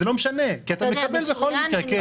זה לא משנה כי אתה מקבל בכל מקרה.